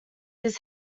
his